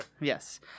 Yes